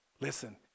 Listen